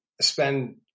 spend